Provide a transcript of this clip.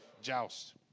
Joust